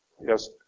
Yes